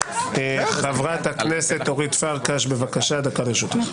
חברת הכנסת אורית פרקש, בבקשה, דקה לרשותך.